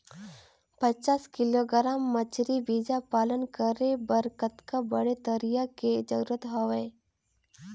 पचास किलोग्राम मछरी बीजा पालन करे बर कतका बड़े तरिया के जरूरत हवय?